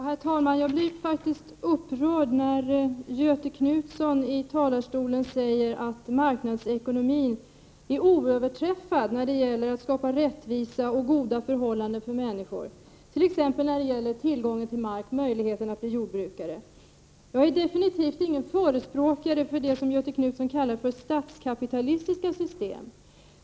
Herr talman! Jag blir faktiskt upprörd när Göthe Knutson i talarstolen säger att marknadsekonomin är oöverträffad när det gäller att skapa rättvisa och goda förhållanden för människor, t.ex. i fråga om tillgången till mark och möjligheten att bli jordbrukare. Jag är definitivt ingen förespråkare för det som Göthe Knutson kallar för statskapitalistiska system.